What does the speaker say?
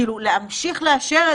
בהינתן ויאושר 2(א)(1),